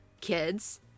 kids